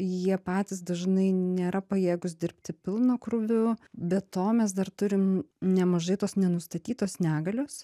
jie patys dažnai nėra pajėgūs dirbti pilnu krūviu be to mes dar turim nemažai tos nenustatytos negalios